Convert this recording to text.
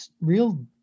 real